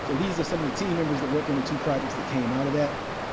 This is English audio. these are some of the team members that worked on the two projects that came out of that.